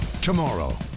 Tomorrow